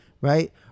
Right